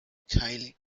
kylie